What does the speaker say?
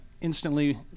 instantly